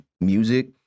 music